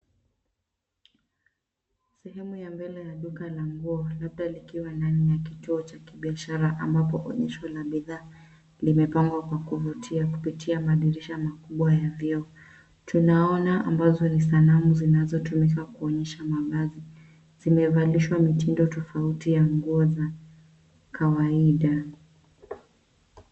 Sehemu ya mbele ya duka la nguo, labda likiwa ndani ya kituo cha kibiashara ambapo onyesho la bidhaa limepangwa kwa kuvutia kupitia madirisha makubwa ya vioo. Tunaona ambazo ni sanamu zinazotumika kuonyesha mavazi. Zimevalishwa mitindo tofauti ya nguo za kawaida.